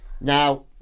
Now